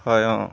হয় অঁ